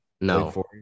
No